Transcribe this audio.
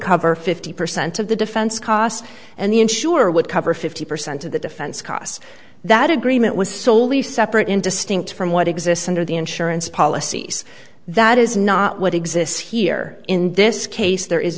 cover fifty percent of the defense costs and the insurer would cover fifty percent of the defense costs that agreement was solely separate and distinct from what exists under the insurance policies that is not what exists here in this case there is